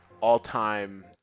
all-time